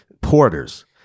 porters